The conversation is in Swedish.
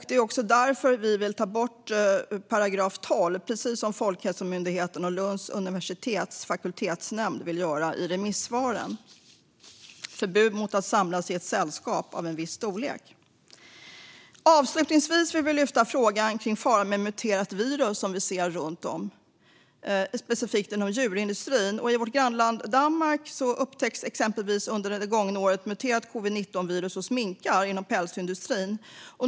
Det är därför vi vill ta bort 12 §, förbud mot att samlas i ett sällskap av en viss storlek, precis som Folkhälsomyndigheten och Lunds universitets fakultetsnämnd vill göra, enligt remissvaren. Avslutningsvis vill vi lyfta frågan kring faran med ett muterat virus som vi ser specifikt inom djurindustrin. I vårt grannland Danmark upptäcktes exempelvis under det gångna året muterat covid-19-virus hos minkar inom pälsindustrin.